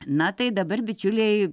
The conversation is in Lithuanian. na tai dabar bičiuliai